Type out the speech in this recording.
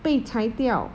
被裁掉